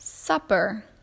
Supper